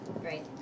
Great